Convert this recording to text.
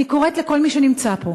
אני קוראת לכל מי שנמצא פה,